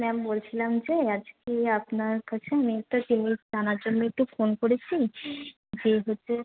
ma'am বলছিলাম যে আজকে আপনার কাছে আমি একটা জিনিস জানার জন্য একটু ফোন করেছি যে হচ্ছে